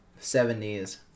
70s